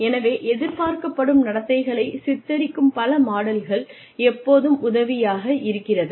எனவே எதிர்பார்க்கப்படும் நடத்தைகளைச் சித்தரிக்கும் பல மாடல்கள் எப்போதும் உதவியாக இருக்கிறது